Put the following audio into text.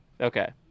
Okay